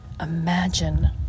imagine